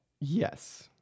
Yes